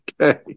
Okay